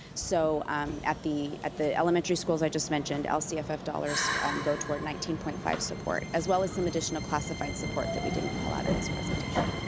so at the at the elementary schools i just mentioned, lcff dollars go toward nineteen point five support, as well as some additional classified support that we didn't call out in this presentation.